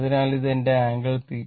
അതിനാൽ ഇത് എന്റെ ആംഗിൾ θ